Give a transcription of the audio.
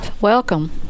Welcome